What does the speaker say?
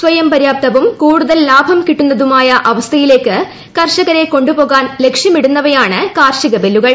സ്വയംപര്യാപ്തവും കൂടുതൽ ലാഭം കിട്ടുന്നതുമായ അവസ്ഥയിലേക്ക് കർഷകരെ കൊണ്ടുപോകാൻ ലക്ഷ്യമിടുന്നവയാണ് കാർഷിക ബില്ലുകൾ